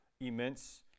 immense